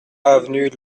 avenue